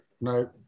No